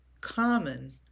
common